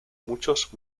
muchos